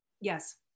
Yes